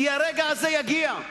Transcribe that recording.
כי הרגע הזה יגיע.